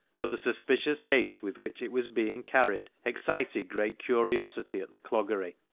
but the suspicious haste with which it was being carried excited great curiosity at the cloggery,